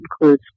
includes